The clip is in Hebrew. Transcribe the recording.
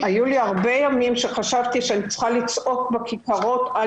היו לי הרבה ימים שחשבתי שאני צריכה לצעוק בכיכרות: אל